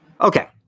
Okay